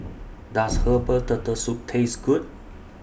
Does Herbal Turtle Soup Taste Good